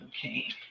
Okay